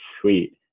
sweet